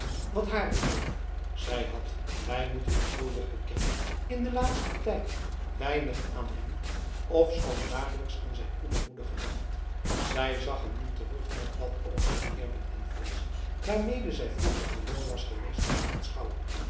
wat haar betrof zij had wij moeten het gulweg bekennen in den laatsten tijd weinig aan hem ofschoon dagelijks aan zijn goede moeder gedacht zij zag hem niet terug met dat oog van eerbied en vrees waarmede zij vroeger gewoon was geweest hem te aanschouwen